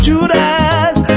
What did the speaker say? Judas